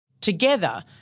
Together